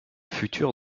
futur